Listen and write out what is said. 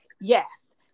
yes